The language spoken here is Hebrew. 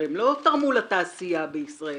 הרי הם לא תרמו לתעשייה בישראל,